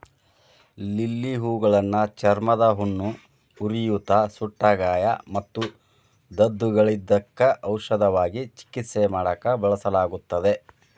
lily ಹೂಗಳನ್ನ ಚರ್ಮದ ಹುಣ್ಣು, ಉರಿಯೂತ, ಸುಟ್ಟಗಾಯ ಮತ್ತು ದದ್ದುಗಳಿದ್ದಕ್ಕ ಔಷಧವಾಗಿ ಚಿಕಿತ್ಸೆ ಮಾಡಾಕ ಬಳಸಲಾಗುತ್ತದೆ